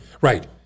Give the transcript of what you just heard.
Right